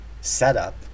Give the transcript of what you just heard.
setup